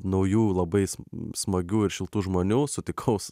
naujų labai smagių ir šiltų žmonių sutikau